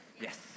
Yes